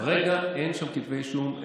כרגע אין שם כתבי אישום,